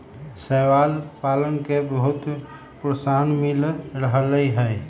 शैवाल पालन के बहुत प्रोत्साहन मिल रहले है